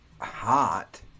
hot